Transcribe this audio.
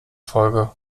folge